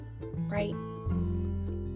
right